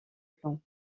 plans